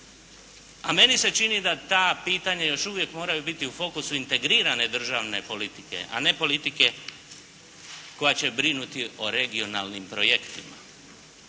a meni se čini da ta pitanja još uvijek moraju biti u fokusu integrirane državne politike, a ne politike koja će brinuti o regionalnim projektima.